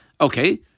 Okay